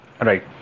Right